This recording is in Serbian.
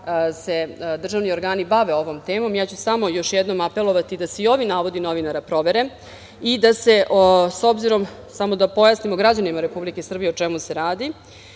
se državni organi bave ovom temom, ja ću samo još jednom apelovati da se i ovi navodi novinara provere i samo da pojasnimo građanima Republike Srbije o čemu se radi.